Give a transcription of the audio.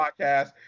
podcast